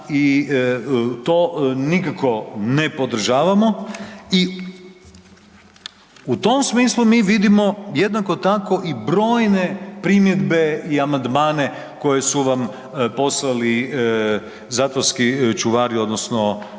i to nikako ne podržavamo. I u tom smislu mi vidimo jednako tako i brojne primjedbe i amandmane koji su vam poslali zatvorski čuvari odnosno